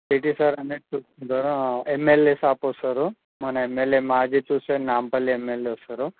PT sir అన్ని చూసుకుంటారు MLA staff వస్తారు మన ఎమ్ఎల్ఏ మాజీ చూస్తే నాంపల్లి ఎమ్ఎల్ఏ వస్తారు